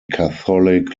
catholic